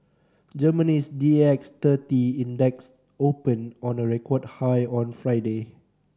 Germany's D X thirty Index opened on a record high on Friday